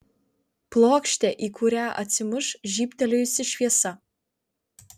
plokštė į kurią atsimuš žybtelėjusi šviesa